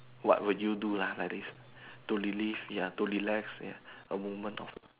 what will you do lah like this to relive ya to relax ya a moment of